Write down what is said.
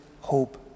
hope